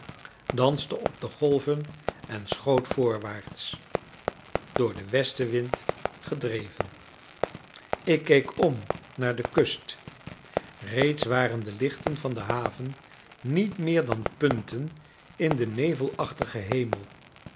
danste op de golven en schoot voorwaarts door den westenwind gedreven ik keek om naar de kust reeds waren de lichten van de haven niet meer dan punten in den